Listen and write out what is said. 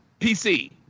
PC